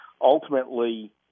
ultimately